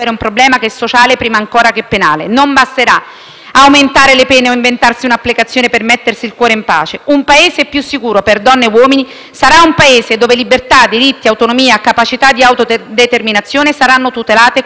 aumentare le pene o inventarsi un'applicazione per mettersi il cuore in pace. Un Paese più sicuro per donne e uomini sarà un Paese dove libertà, diritti, autonomia, capacità di autodeterminazione saranno tutelate come proprie scelte di vita da parte di uno Stato non oppressore